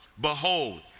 Behold